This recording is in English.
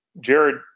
Jared